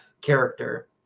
character